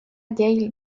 gail